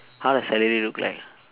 how does celery look like